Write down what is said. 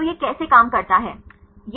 तो यह कैसे काम करता है